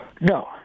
No